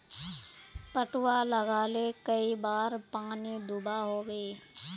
पटवा लगाले कई बार पानी दुबा होबे?